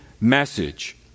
message